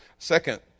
Second